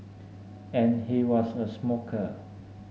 and he was a smoker